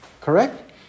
correct